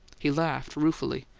he laughed ruefully.